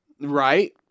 Right